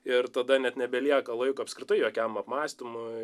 ir tada net nebelieka laiko apskritai jokiam apmąstymui